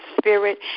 spirit